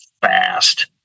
fast